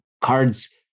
cards